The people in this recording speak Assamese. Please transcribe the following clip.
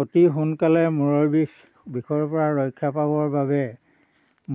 অতি সোনকালে মূৰৰ বিষ বিষৰ পৰা ৰক্ষা পাবৰ বাবে